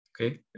Okay